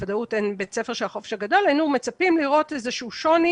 בוודאות אין בית ספר של החופש הגדול היינו מצפים לראות איזה שהוא שוני